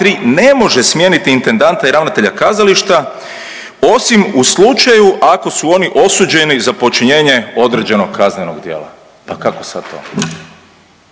ne može smijeniti intendanta i ravnatelja kazališta osim u slučaju ako su oni osuđeni za počinjenje određenog kaznenog djela, pa kako sad to.